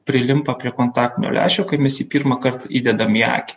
prilimpa prie kontaktinio lęšio kai mes jį pirmąkart įdedam į akį